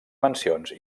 mencions